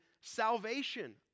salvation